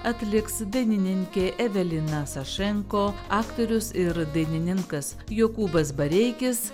atliks dainininkė evelina sašenko aktorius ir dainininkas jokūbas bareikis